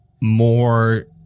more